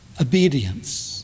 Obedience